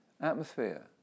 atmosphere